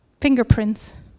fingerprints